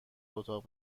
اتاق